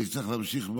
אני צריך להמשיך.